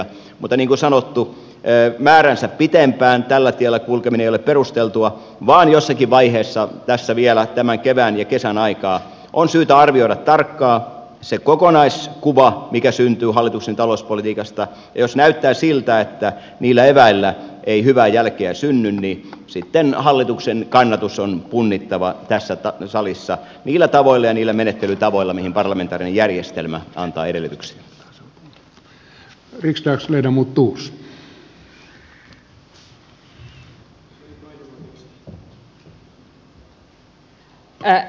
mutta niin kuin sanottu määräänsä pitempään tällä tiellä kulkeminen ei ole perusteltua vaan jossakin vaiheessa tässä vielä tämän kevään ja kesän aikaan on syytä arvioida tarkkaan se kokonaiskuva mikä syntyy hallituksen talouspolitiikasta ja jos näyttää siltä että niillä eväillä ei hyvää jälkeä synny niin sitten hallituksen kannatus on punnittava tässä salissa niillä tavoilla ja niillä menettelytavoilla mihin parlamentaarinen järjestelmä antaa edellytykset